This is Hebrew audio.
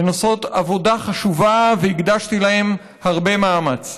הן עושות עבודה חשובה, והקדשתי להן הרבה מאמץ.